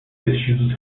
vestidos